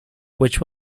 which